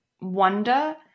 wonder